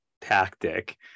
tactic